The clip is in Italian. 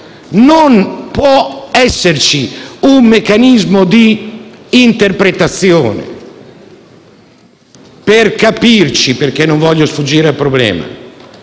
non può esserci un meccanismo di interpretazione. Per capirci, visto che non voglio sfuggire al problema,